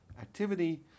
activity